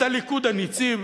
הליכוד הניצי,